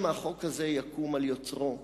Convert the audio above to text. שמא החוק הזה יקום על יוצרו,